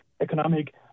economic